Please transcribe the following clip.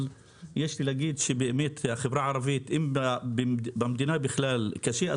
אבל אגיד אם במדינה בכלל קשה,